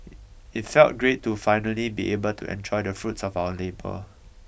it felt great to finally be able to enjoy the fruits of our labour